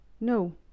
No